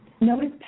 Notice